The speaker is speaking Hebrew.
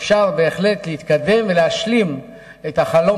אפשר בהחלט להתקדם ולהשלים את החלום